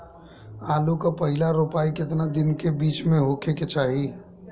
आलू क पहिला रोपाई केतना दिन के बिच में होखे के चाही?